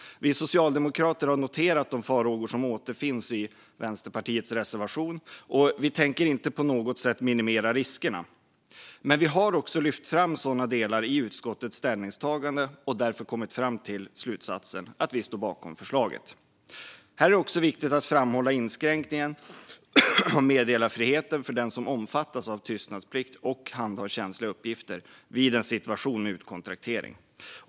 Vi socialdemokrater har noterat de farhågor som återfinns i Vänsterpartiets reservation och tänker på inget sätt minimera riskerna. Men vi har också lyft fram sådana delar i utskottets ställningstagande och därför kommit fram till slutsatsen att vi står bakom förslaget. Här är det också viktigt att framhålla inskränkningen av meddelarfriheten för den som omfattas av tystnadsplikt och handhar känsliga uppgifter vid en situation med utkontraktering.